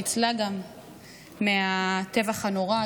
והיא גם ניצלה מהטבח הנורא,